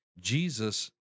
Jesus